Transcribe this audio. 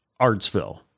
Artsville